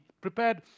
prepared